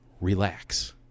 Relax